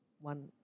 one